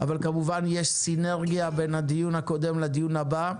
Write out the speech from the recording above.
אבל כמובן יש סינרגיה בין הדיון הקודם לדיון הבא.